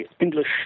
English